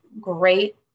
great